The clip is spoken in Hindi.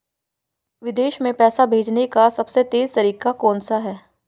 विदेश में पैसा भेजने का सबसे तेज़ तरीका कौनसा है?